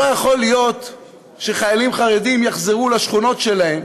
לא יכול להיות שחיילים חרדים יחזרו לשכונות שלהם